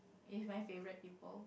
with my favourite people